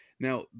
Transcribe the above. Now